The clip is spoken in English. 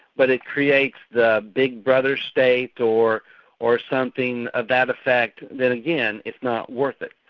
but it creates the big brother state or or something of that effect, then again, it's not worth it.